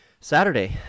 Saturday